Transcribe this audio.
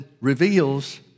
reveals